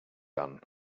done